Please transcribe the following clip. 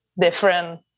different